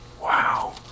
Wow